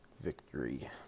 victory